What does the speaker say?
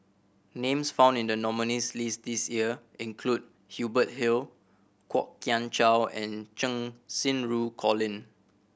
names found in the nominees' list this year include Hubert Hill Kwok Kian Chow and Cheng Xinru Colin